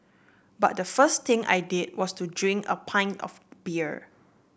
but the first thing I did was to drink a pint of beer